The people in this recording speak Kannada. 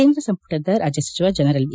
ಕೇಂದ್ರ ಸಂಮಟದ ರಾಜ್ಯ ಸಚಿವ ಜನರಲ್ ವಿ